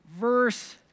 verse